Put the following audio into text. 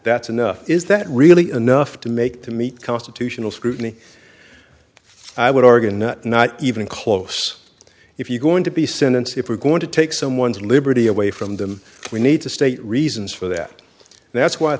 that's enough is that really enough to make to meet constitutional scrutiny i would oregon not not even close if you're going to be sentenced if we're going to take someone's liberty away from them we need to state reasons for that that's why